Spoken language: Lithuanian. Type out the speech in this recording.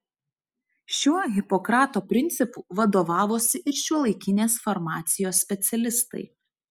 šiuo hipokrato principu vadovavosi ir šiuolaikinės farmacijos specialistai